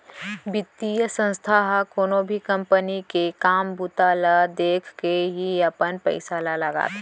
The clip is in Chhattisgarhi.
बितीय संस्था ह कोनो भी कंपनी के काम बूता ल देखके ही अपन पइसा ल लगाथे